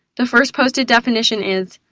the first posted definition is,